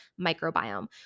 microbiome